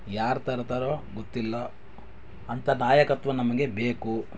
ಯಾರು ತರ್ತಾರೊ ಗೊತ್ತಿಲ್ಲ ಅಂತ ನಾಯಕತ್ವ ನಮಗೆ ಬೇಕು